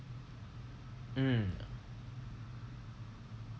mm